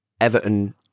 Everton